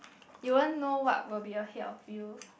you won't know what will be ahead of you